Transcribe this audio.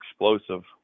explosive